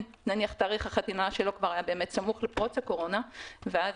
למשל אם תאריך החתונה של זוג היה כבר סמוך לפרוץ הקורונה ואז